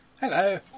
Hello